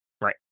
Right